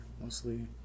mostly